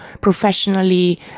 professionally